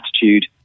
attitude